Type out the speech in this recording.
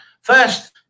first